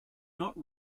not